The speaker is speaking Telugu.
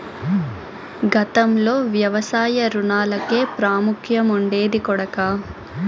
గతంలో వ్యవసాయ రుణాలకే ప్రాముఖ్యం ఉండేది కొడకా